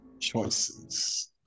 Choices